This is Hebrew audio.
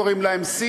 קוראים להם C,